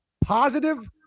positive